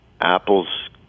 Apple's